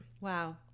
wow